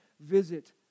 visit